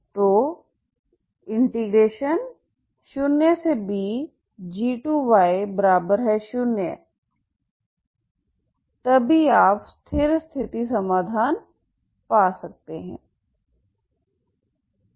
तो 0bg2 0 तभी आप स्थिर स्थिति समाधान पा सकते हैं